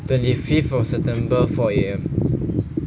twenty fifth of september four A_M